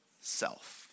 self